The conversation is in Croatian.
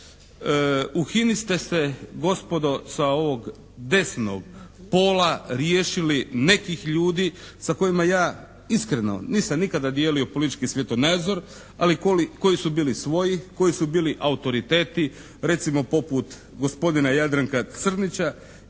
u HINA-i ste se gospodo sa ovog desno pola riješili nekih ljudi sa kojima ja iskreno nisam nikada dijelio politički svjetonazor ali koji su bili svoji, koji su bili autoriteti, recimo poput gospodina Jadranka Crnića